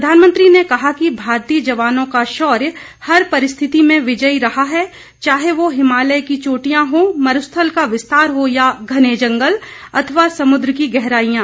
प्रधानमंत्री ने कहा कि भारतीय जवानों का शौर्य हर परिस्थिति में विजयी रहा है चाहे वो हिमालय की चोटियां हों मरुस्थल का विस्तार हो या घने जंगल अथवा समुद्र की गहराइयां